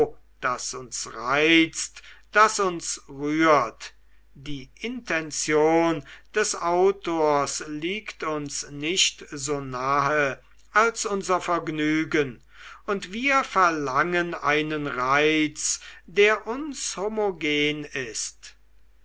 das uns reizt das uns rührt die intention des autors liegt uns nicht so nahe als unser vergnügen und wir verlangen einen reiz der uns homogen ist